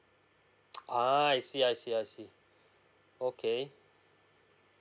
uh I see I see I see okay